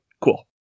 Cool